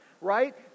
right